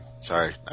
Sorry